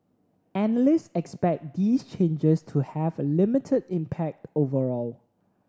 analysts expect these changes to have a limited impact overall